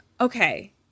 okay